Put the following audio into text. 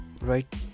right